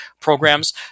programs